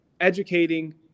educating